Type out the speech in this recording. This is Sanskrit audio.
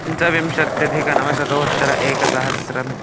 पञ्चविंशत्यधिकनवशतोत्तर एकसहस्रम्